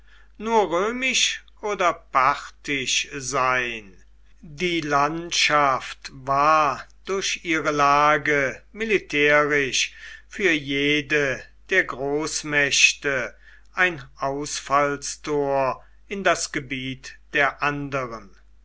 nur römisch oder parthisch sein die landschaft war durch ihre lage militärisch für jede der großmächte ein ausfallstor in das gebiet der anderen